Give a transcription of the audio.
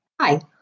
Hi